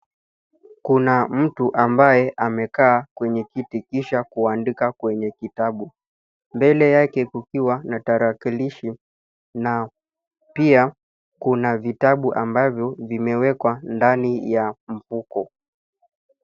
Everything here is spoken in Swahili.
Kuna mtu ambaye amekaa kwenye kiti kisha kuandika kwenye kitabu mbele yake kukiwa na tarakilishi na pia kuna vitabu ambavyo vimewekwa ndani ya mfuko.